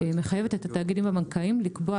ומחייבת את התאגידים הבנקאיים לקבוע